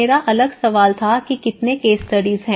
मेरा अगला सवाल था कि कितने केस स्टडीज हैं